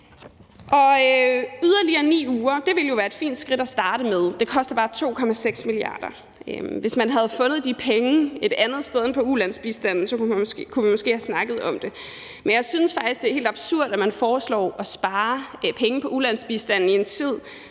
Yderligere 9 uger ville jo være et fint skridt at starte med, men det koster bare 2,6 mia. kr. Hvis man havde fundet de penge et andet sted end på ulandsbistanden, kunne vi måske have snakket om det, men jeg synes faktisk, det er helt absurd, at man foreslår at spare penge på ulandsbistanden i en tid,